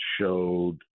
showed